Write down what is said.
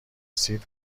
رسید